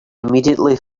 immediately